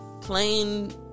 plain